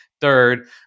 Third